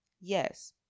yes